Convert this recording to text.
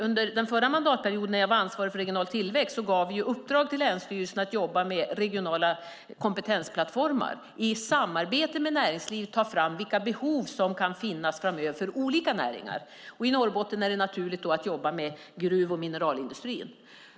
Under förra mandatperioden när jag var ansvarig för regional tillväxt gav jag i uppdrag till länsstyrelserna att jobba med regionala kompetensplattformar och i samarbete med näringslivet ta fram vilka behov som kan finnas framöver för olika näringar. I Norrbotten är det naturligt att jobba med gruv och mineralindustrin.